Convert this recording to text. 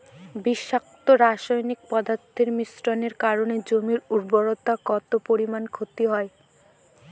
বিষাক্ত রাসায়নিক পদার্থের মিশ্রণের কারণে জমির উর্বরতা কত পরিমাণ ক্ষতি হয়?